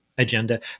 agenda